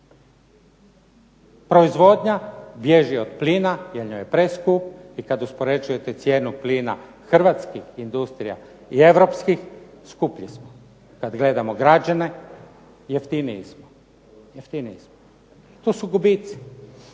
Proizvodnja bježi od plina, jer joj je preskup i kad uspoređujete cijenu plina hrvatskih industrija i europskih skuplji smo. Kad gledamo građane jeftiniji smo. Jeftiniji